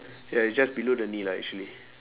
ya it's just below the knee lah actually